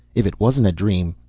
if it wasn't a dream,